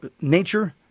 nature